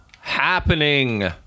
happening